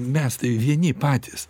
mes tai vieni patys